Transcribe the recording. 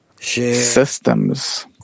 systems